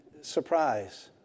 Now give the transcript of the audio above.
surprise